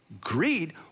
greed